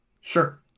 Sure